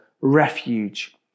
refuge